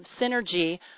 synergy